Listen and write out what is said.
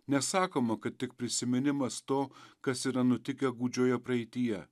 nesakoma kad tik prisiminimas to kas yra nutikę gūdžioje praeityje